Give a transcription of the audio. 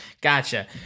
Gotcha